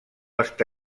està